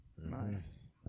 Nice